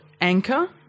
Anchor